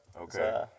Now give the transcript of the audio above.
Okay